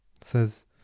says